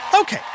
Okay